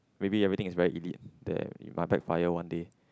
maybe everything is very elite then it might backfire one day